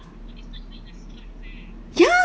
ya